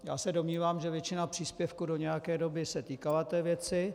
Já se domnívám, že většina příspěvků do nějaké doby se týkala té věci.